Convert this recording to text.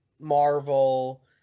Marvel